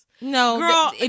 No